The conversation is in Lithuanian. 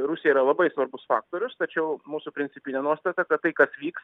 rusija yra labai svarbus faktorius tačiau mūsų principinė nuostata kad tai kas vyks